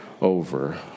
over